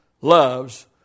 loves